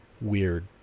weird